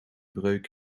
breuk